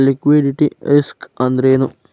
Liquidity risk ಅಂದ್ರೇನು?